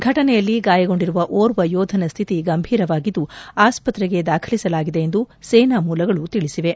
ಘಟನೆಯಲ್ಲಿ ಗಾಯಗೊಂಡಿರುವ ಓರ್ವ ಯೋಧನ ಸ್ಥಿತಿ ಗಂಭೀರವಾಗಿದ್ದು ಆಸ್ಪತ್ರೆಗೆ ದಾಖಲಿಸಲಾಗಿದೆ ಎಂದು ಸೇನಾ ಮೂಲಗಳು ತಿಳಿಸಿವೆ